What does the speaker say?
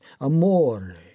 amore